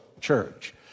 church